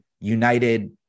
United